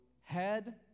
head